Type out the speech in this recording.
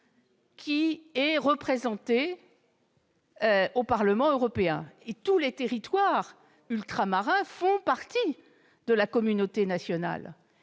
qui est représentée au Parlement européen. Et tous les territoires ultramarins font partie de la communauté nationale.